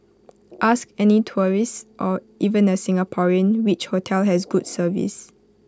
ask any tourist or even A Singaporean which hotel has good service